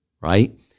right